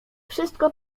wszystko